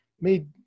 made